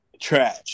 Trash